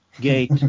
gate